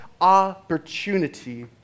opportunity